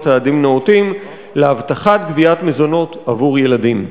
צעדים נאותים להבטחת גביית מזונות עבור ילדים.